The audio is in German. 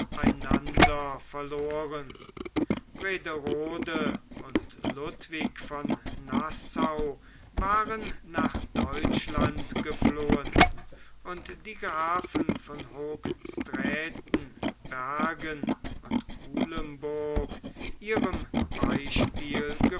auseinander verloren brederode und ludwig von nassau waren nach deutschland geflohen und die grafen von hoogstraaten bergen und kuilemburg ihrem beispiel